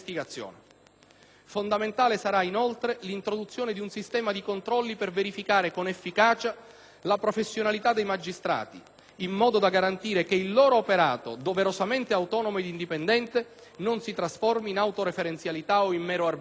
Fondamentale sarà, inoltre, l'introduzione di un sistema di controlli per verificare con efficacia la professionalità dei magistrati in modo da garantire che il loro operato, doverosamente autonomo ed indipendente, non si trasformi in autoreferenzialità o in mero arbitrio.